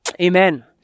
Amen